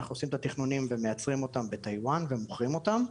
אנחנו עושים את התכנונים ומיצרים אותם בטאיוואן ומוכרים אותם.